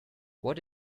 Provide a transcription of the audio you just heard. what